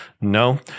no